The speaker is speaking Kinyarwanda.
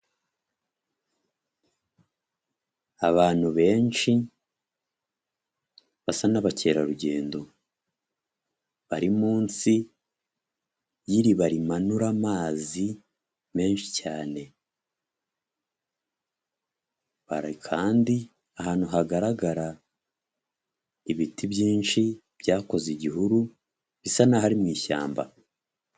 Abantu benshi basa n'abakerarugendo bari munsi y'iriba rimanura amazi menshi cyane kandi ahantu hagaragara ibiti byinshi byakoze igihuru bisa naho ari mu ishyamba.